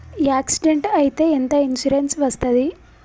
Accident అయితే ఎంత insurance వస్తది?